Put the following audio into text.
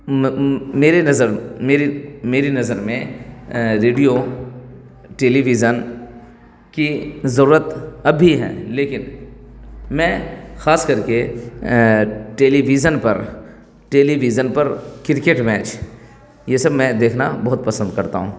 میری نظر میری میری نظر میں ریڈیو ٹیلیویژن کی ضرورت اب بھی ہیں لیکن میں خاص کر کے ٹیلیویژن پر ٹیلیویژن پر کرکٹ میچ یہ سب میں دیکھنا بہت پسند کرتا ہوں